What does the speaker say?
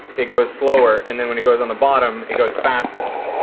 it goes slower and then when it goes on the bottom, it goes faster.